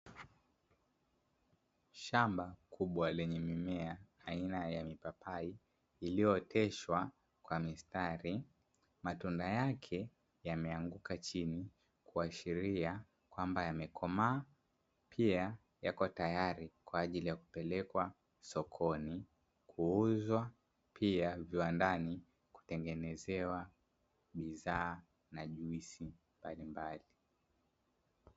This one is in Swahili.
Shamba kubwa lenye mimea aina ya mipapai iliyooteshwa kwa mistari. Matunda yake yameanguka chini, kuashiria kwamba yamekomaa, pia yako tayari kwa ajili ya kupelekwa sokoni kuuzwa. Pia, viwandani kutengenezewa bidhaa na juisi mbalimbali.